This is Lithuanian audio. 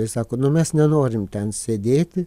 ir jie sako nu mes nenorim ten sėdėti